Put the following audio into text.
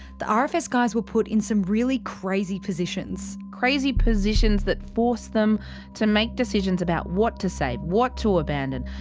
the rfs guys were put in some really crazy positions. crazy positions that forced them to make decisions about what to save, what to abandon,